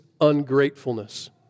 ungratefulness